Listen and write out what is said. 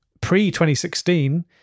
pre-2016